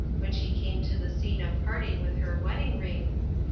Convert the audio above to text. when she came to the scene of parting with her wedding ring,